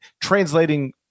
translating –